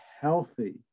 healthy